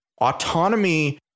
Autonomy